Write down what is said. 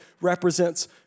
represents